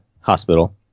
hospital